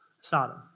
Sodom